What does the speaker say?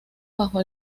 bajo